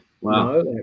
wow